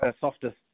softer